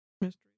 mystery